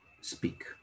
speak